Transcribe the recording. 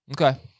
Okay